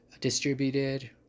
distributed